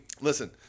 Listen